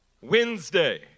Wednesday